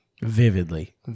vividly